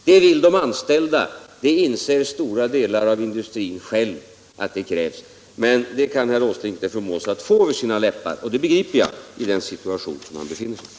Det vill de anställda, det inser stora delar av industrin själv att det krävs, men det kan herr Åsling inte förmå sig att få över sina läppar. Och det begriper jag, med tanke på den situation som han befinner sig i.